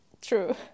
true